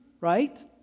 right